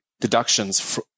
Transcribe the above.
deductions